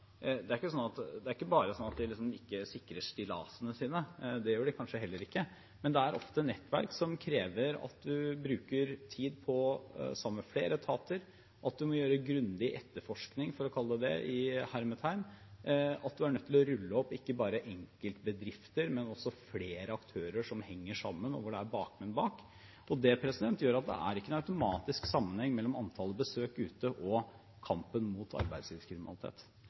ikke sikrer stillasene sine – det gjør de kanskje heller ikke – det er ofte nettverk som krever at man bruker tid sammen med flere etater på å gjøre en grundig etterforskning, for å kalle det det. Man er nødt til å rulle opp ikke bare enkeltbedrifter, men også flere aktører som henger sammen, og der det er bakmenn bak. Det gjør at det ikke er noen automatisk sammenheng mellom antallet besøk ute og kampen mot arbeidslivskriminalitet.